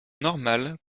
normale